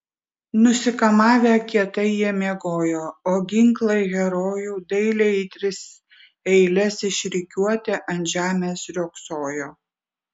nusikamavę kietai jie miegojo o ginklai herojų dailiai į tris eiles išrikiuoti ant žemės riogsojo